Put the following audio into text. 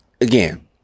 again